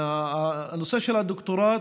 הנושא של הדוקטורט: